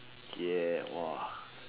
ya !wow!